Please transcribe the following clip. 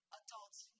adults